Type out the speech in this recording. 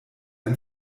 ein